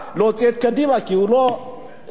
כי הוא לא עשה שום דבר.